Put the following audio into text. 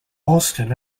austen